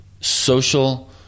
Social